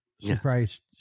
surprised